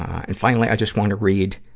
and finally, i just wanna read,